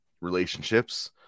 relationships